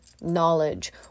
knowledge